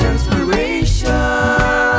Inspiration